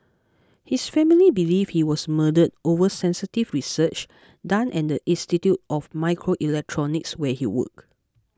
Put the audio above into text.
his family believe he was murdered over sensitive research done at the Institute of Microelectronics where he worked